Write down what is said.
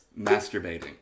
Masturbating